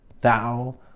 thou